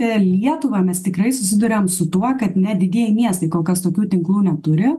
per lietuvą mes tikrai susiduriam su tuo kad net didieji miestai kol kas tokių tinklų neturi